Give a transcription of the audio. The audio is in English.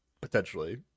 potentially